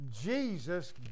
Jesus